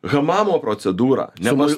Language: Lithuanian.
hamamo procedūrą nemas